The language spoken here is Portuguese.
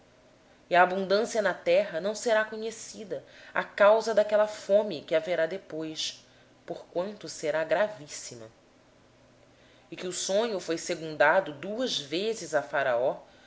e a fome consumirá a terra e não será conhecida a abundância na terra por causa daquela fome que seguirá porquanto será gravíssima ora se o sonho foi duplicado a faraó